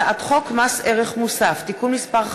הצעת חוק מס ערך מוסף (תיקון מס' 54),